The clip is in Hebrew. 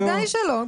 בוודאי שכן.